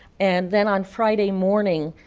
and then on friday morning,